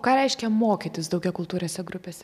ką reiškia mokytis daugiakultūrėse grupėse